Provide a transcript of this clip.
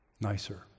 nicer